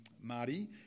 Marty